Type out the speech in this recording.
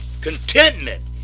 contentment